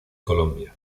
colombia